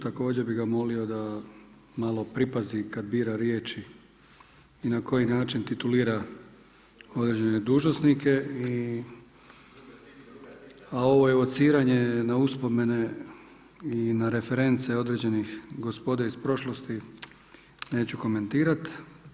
Također bih ga molio da malo pripazi kada bira riječi i na koji način titulira određene dužnosnike a ovo je evociranje na uspomene i na reference određene gospode iz prošlosti neću komentirati.